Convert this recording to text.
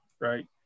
right